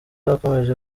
yakomeje